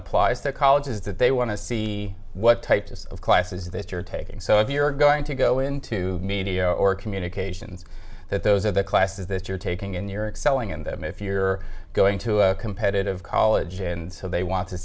applies to college is that they want to see what types of classes they are taking so if you're going to go into media or communications that those are the classes that you're taking in you're excel in them if you're going to a competitive college and so they want to